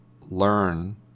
learn